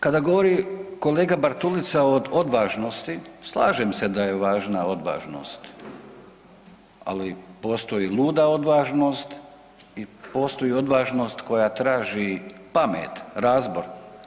Kada govori kolega Bartulica o odvažnosti, slažem se da je važna odvažnost, ali postoji luda odvažnost i postoji odvažnost koja traži pamet, razbor.